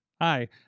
Hi